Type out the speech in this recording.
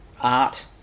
art